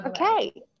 Okay